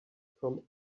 from